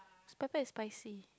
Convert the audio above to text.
pepper is spicy